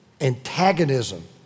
antagonism